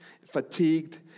fatigued